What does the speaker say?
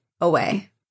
away